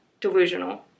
delusional